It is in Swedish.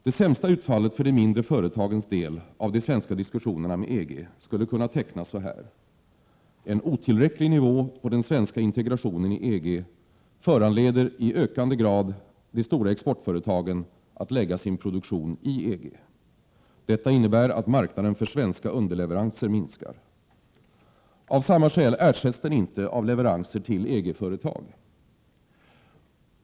Det sämsta utfallet för de mindre företagens del av de svenska diskussionerna med EG skulle kunna tecknas så här: En otillräcklig nivå på den svenska integrationen i EG föranleder i ökande grad de stora exportföretagen att lägga sin produktion i EG. Detta innebär att marknaden för svenska underleveranser minskar. Av samma skäl ersätts den inte av leveranser till EG-företag.